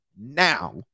now